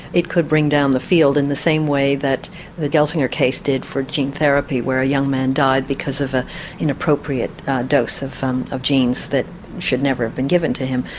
it could bring down the field in the same way that the gelsinger case did for gene therapy, where a young man died because of an inappropriate dose of um of genes that should never have been given to him.